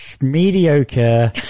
Mediocre